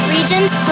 Regions